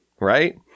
right